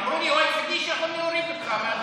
אמרו לי שהוא היחיד שיכול להוריד אותך.